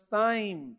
time